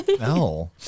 No